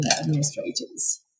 administrators